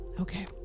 Okay